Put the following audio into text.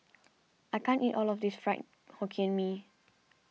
I can't eat all of this Fried Hokkien Mee